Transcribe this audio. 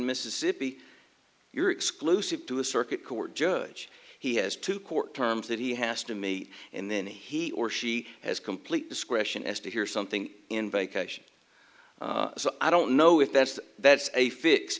mississippi you're exclusive to a circuit court judge he has to court terms that he has to meet and then he or she has complete discretion as to hear something in vacation so i don't know if that's that's a fix